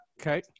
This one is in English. Okay